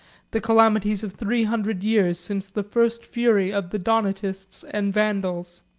the calamities of three hundred years since the first fury of the donatists and vandals.